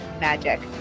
magic